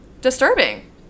disturbing